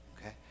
okay